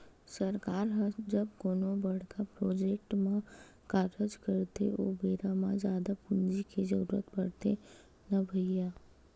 सरकार ह जब कोनो बड़का प्रोजेक्ट म कारज करथे ओ बेरा म जादा पूंजी के जरुरत पड़थे न भैइया